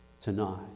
tonight